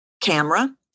camera